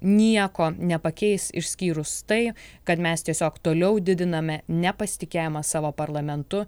nieko nepakeis išskyrus tai kad mes tiesiog toliau didiname nepasitikėjimą savo parlamentu